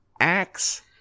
axe